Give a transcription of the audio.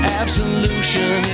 absolution